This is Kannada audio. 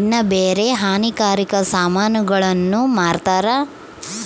ಇನ್ನ ಬ್ಯಾರೆ ಹಾನಿಕಾರಕ ಸಾಮಾನುಗುಳ್ನ ಮಾರ್ತಾರ